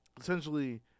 essentially